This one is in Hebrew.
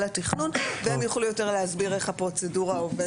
התכנון והם יוכלו יותר להסביר איך הפרוצדורה עובדת.